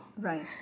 Right